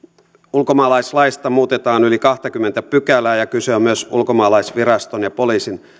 ulkomaalaislaista muutetaan yli kahtakymmentä pykälää ja kyse on myös ulkomaalaisviraston ja poliisin